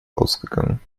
ausgegangen